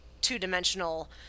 two-dimensional